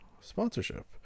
sponsorship